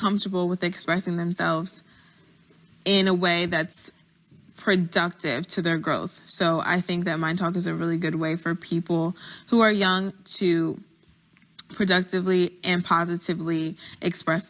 comfortable with expressing themselves in a way that's productive to their growth so i think that mind art is a really good way for people who are young to productively and positively express